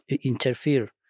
interfere